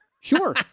Sure